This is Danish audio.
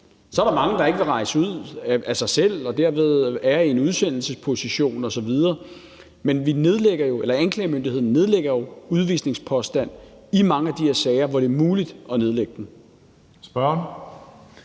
Så er der mange, der ikke vil rejse ud af sig selv og derved er i en udsendelsesposition osv. Men anklagemyndigheden nedlægger jo udvisningspåstand i mange af de her sager, hvor det er muligt at nedlægge påstand.